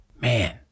Man